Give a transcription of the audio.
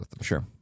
Sure